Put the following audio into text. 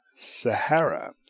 Sahara